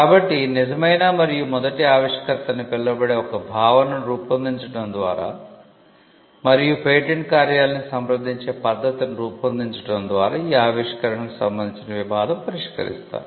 కాబట్టి 'నిజమైన మరియు మొదటి ఆవిష్కర్త' అని పిలువబడే ఒక భావనను రూపొందించడం ద్వారా మరియు పేటెంట్ కార్యాలయాన్ని సంప్రదించే పద్ధతిని రూపొందించడం ద్వారా ఈ ఆవిష్కరణకు సంబంధించిన వివాదం పరిష్కరిస్తారు